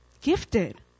Gifted